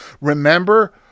remember